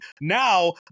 Now